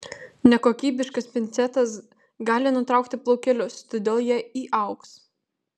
nekokybiškas pincetas gali nutraukti plaukelius todėl jie įaugs